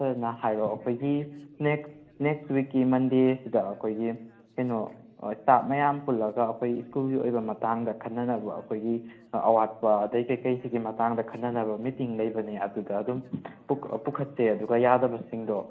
ꯐꯖꯅ ꯍꯥꯏꯔꯣ ꯑꯩꯈꯣꯏꯒꯤ ꯅꯦꯛꯁ ꯅꯦꯛꯁ ꯋꯤꯛꯀꯤ ꯃꯟꯗꯦꯁꯤꯗ ꯑꯩꯈꯣꯏꯒꯤ ꯀꯩꯅꯣ ꯏꯁꯇꯥꯐ ꯃꯌꯥꯝ ꯄꯨꯜꯂꯒ ꯑꯩꯈꯣꯏ ꯁ꯭ꯀꯨꯜꯒꯤ ꯑꯣꯏꯕ ꯃꯇꯥꯡꯗ ꯈꯟꯅꯅꯕ ꯑꯩꯈꯣꯏꯒꯤ ꯑꯋꯥꯠꯄ ꯑꯗꯒꯤ ꯀꯩꯀꯩꯁꯤꯒꯤ ꯃꯇꯥꯡꯗ ꯈꯟꯅꯅꯕ ꯃꯤꯇꯤꯡ ꯂꯩꯕꯅꯦ ꯑꯗꯨꯗ ꯑꯗꯨꯝ ꯄꯨꯈꯠꯁꯦ ꯑꯗꯨꯒ ꯌꯥꯒꯗꯕꯁꯤꯡꯗꯣ